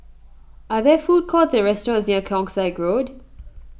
are there food courts or restaurants near Keong Saik Road